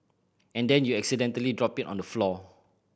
and then you accidentally drop it on the floor